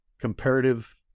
comparative